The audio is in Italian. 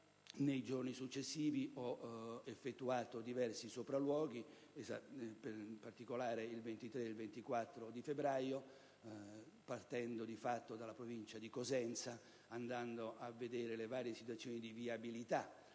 nei giorni successivi, ho effettuato diversi sopralluoghi, in particolare il 23 ed il 24 febbraio, a partire dalla Provincia di Cosenza, per controllare le varie situazioni di viabilità.